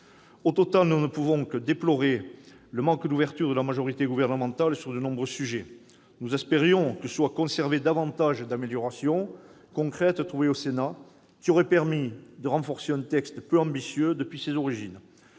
définitive, nous ne pouvons que déplorer le manque d'ouverture de la majorité gouvernementale sur de nombreux sujets. Nous espérions le maintien de davantage d'améliorations concrètes apportées par le Sénat, ce qui aurait permis de renforcer un texte peu ambitieux depuis l'origine.